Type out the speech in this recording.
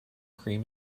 cream